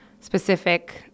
specific